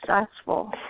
successful